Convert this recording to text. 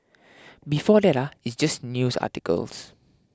before it's just news articles